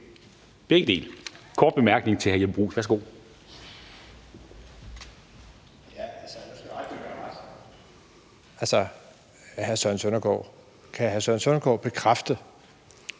hr. Søren Søndergaard bekræfte,